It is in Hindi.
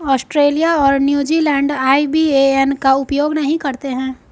ऑस्ट्रेलिया और न्यूज़ीलैंड आई.बी.ए.एन का उपयोग नहीं करते हैं